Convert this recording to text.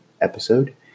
episode